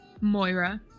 Moira